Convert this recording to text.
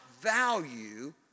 value